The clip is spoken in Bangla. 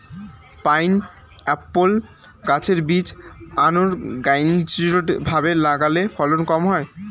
পাইনএপ্পল গাছের বীজ আনোরগানাইজ্ড ভাবে লাগালে ফলন কম হয়